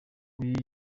uyu